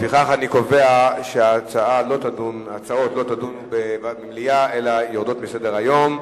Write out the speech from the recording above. לפיכך אני קובע שההצעות לא תידונה במליאה אלא יורדות מסדר-היום.